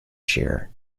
shear